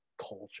culture